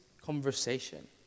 conversation